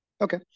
Okay